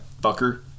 Bucker